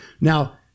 Now